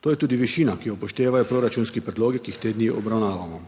To je tudi višina, ki jo upoštevajo proračunski predlogi, ki jih te dni obravnavamo.